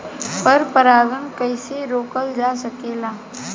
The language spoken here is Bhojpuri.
पर परागन कइसे रोकल जा सकेला?